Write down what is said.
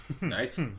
Nice